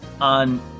On